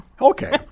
Okay